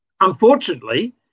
unfortunately